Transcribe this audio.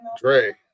Dre